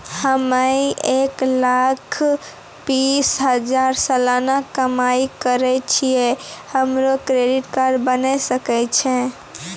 हम्मय एक लाख बीस हजार सलाना कमाई करे छियै, हमरो क्रेडिट कार्ड बने सकय छै?